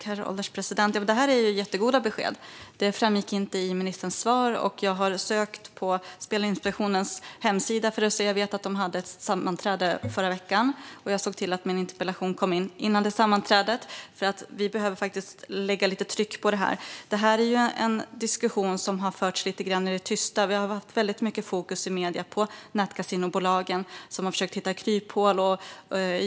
Herr ålderspresident! Det här är jättegoda besked! De framgick inte i ministerns svar, och jag har sökt på Spelinspektionens hemsida för att hitta information. Jag vet att de hade ett sammanträde i förra veckan, och jag såg till att min interpellation kom in före det sammanträdet, för vi behöver lägga lite tryck på det här. Det här är en diskussion som har förts lite grann i det tysta. Det har varit väldigt mycket fokus i medierna på nätkasinobolagen som har försökt hitta kryphål.